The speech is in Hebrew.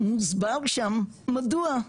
מוסבר שם מדוע,